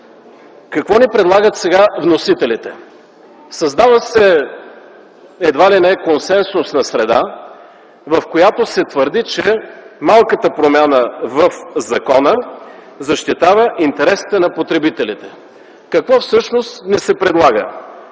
Какво ни предлагат сега вносителите? Създава се едва ли не консенсусна среда, в която се твърди, че малката промяна в закона защитава интересите на потребителите. Какво всъщност ни се предлага?